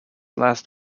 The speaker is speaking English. last